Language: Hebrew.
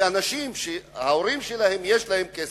ילדים שלהורים שלהם יש כסף,